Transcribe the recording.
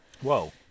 whoa